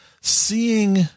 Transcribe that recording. seeing